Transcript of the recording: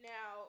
Now